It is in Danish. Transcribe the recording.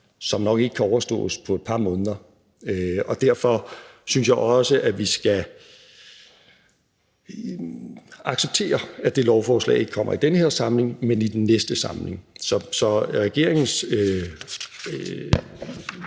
som nok ikke kan overstås på et par måneder. Og derfor synes jeg også, at vi skal acceptere, at det lovforslag ikke kommer i den her samling, men i den næste samling. Så regeringens